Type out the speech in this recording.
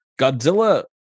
godzilla